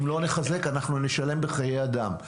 אם לא נחזק, אנחנו נשלם בחיי אדם.